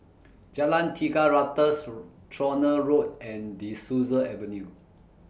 Jalan Tiga Ratus Tronoh Road and De Souza Avenue